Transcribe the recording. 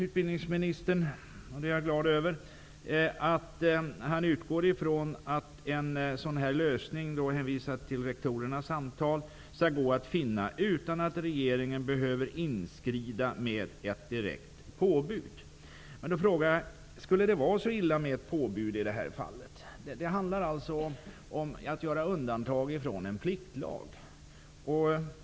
Utbildningsministern sade, och det är jag glad över, att han utgår ifrån att en lösning skall gå att finna utan att regeringen behöver inskrida med ett direkt påbud. Han hänvisade då till rektorernas samtal. Men skulle det vara så illa med ett påbud? Det handlar ju om att göra undantag från en pliktlag.